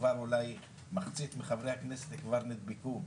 אולי מחצית מחברי הכנסת כבר נדבקו,